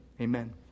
Amen